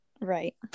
Right